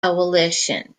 coalition